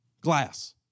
Glass